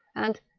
and,